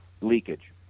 leakage